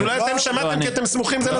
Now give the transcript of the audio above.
אולי את שמעתם את השאלה כי אתם סמוכים אליו